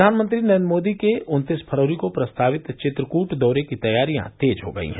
प्रधानमंत्री नरेंद्र मोदी के उन्तीस फरवरी को प्रस्तावित चित्रकूट दौरे की तैयारियां तेज हो गयी हैं